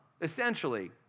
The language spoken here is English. Essentially